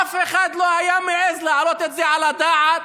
אף אחד לא היה מעז להעלות את זה על הדעת,